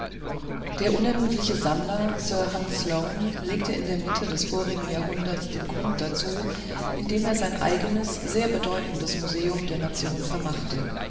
der unermüdliche sammler sir hans sloane legte in der mitte des vorigen jahrhunderts den grund dazu indem er sein eigenes sehr bedeutendes museum der nation vermachte